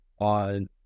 on